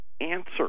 answer